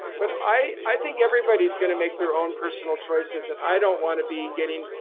but i i think everybody is going to make their own personal choices. and i don't want to be getting.